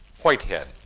Whitehead